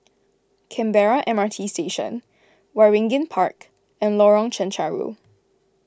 Canberra M R T Station Waringin Park and Lorong Chencharu